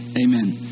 Amen